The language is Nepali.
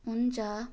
हुन्छ